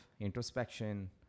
introspection